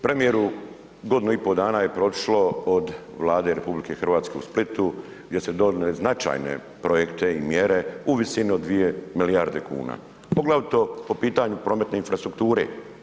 Premijeru, godinu i pol dana je proteklo od Vlade RH u Splitu gdje ste donijeli značajne projekte i mjere u visini od 2 milijarde kuna, poglavito po pitanju prometne infrastrukture.